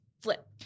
flip